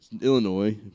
Illinois